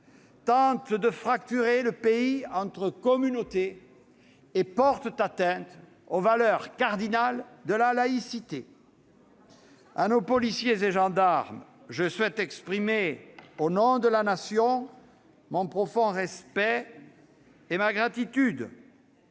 tentent de fracturer le pays entre communautés et portent atteinte aux valeurs cardinales de la laïcité. À nos policiers et gendarmes j'exprime, au nom de la Nation, mon profond respect et ma gratitude.